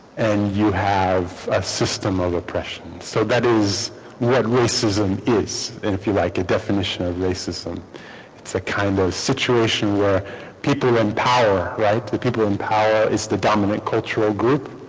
and you have a system of and so that is what racism is and if you like a definition of racism it's a kind of situation where people in power right the people in power is the dominant cultural group